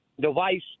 device